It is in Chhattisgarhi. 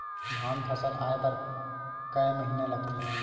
धान फसल आय बर कय महिना लगथे?